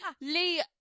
Lee